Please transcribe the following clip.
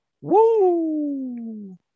woo